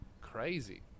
crazy